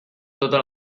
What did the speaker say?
totes